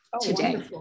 today